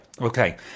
Okay